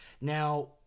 Now